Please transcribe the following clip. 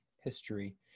history